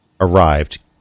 arrived